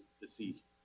deceased